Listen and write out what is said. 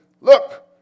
look